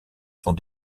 sont